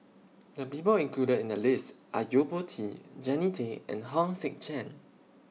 The People included in The list Are Yo Po Tee Jannie Tay and Hong Sek Chern